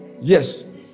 Yes